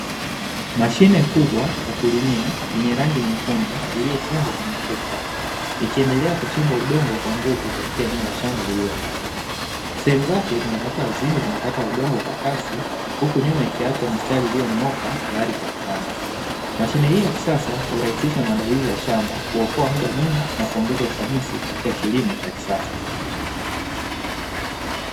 Mashine kubwa ya kulimia, yenye rangi nyekundu iliyofungwa kwenye trekta ikiendelea kuchimba udongo kwa nguvu katika eneo la shamba lililo wazi, sehemu zake zinakata udongo kwa kasi huku nyuma ikiacha mistari iliyo nyooka teyari kwa kupanda, mashine hiyo ya kisasa hurahisisha maandalizi ya shamba kuokoa muda mwingi na kuongeza ufanisi wa kilimo cha kisasa.